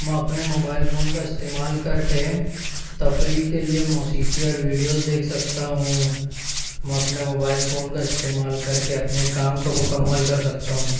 میں اپنے mobile phone کا استعمال کر کے تفریح کے لئے موسیقی اور ویڈیوز دیکھ سکتا ہوں میں اپنے موبائل فون کا ستعمال کر کے اپنے کام کو مکمل کر سکتا ہوں